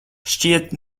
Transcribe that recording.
šķiet